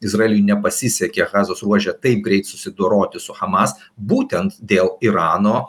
izraeliui nepasisekė gazos ruože taip greit susidoroti su hamas būtent dėl irano